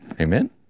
Amen